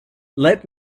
let